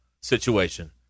situation